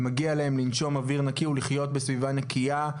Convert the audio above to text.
ומגיע להם לנשום אוויר נקי ולחיות בסביבה נקייה,